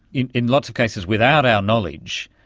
in in lots of cases without our knowledge,